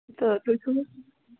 تہٕ تُہۍ چھُو حظ